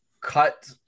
cut